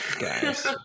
guys